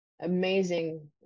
amazing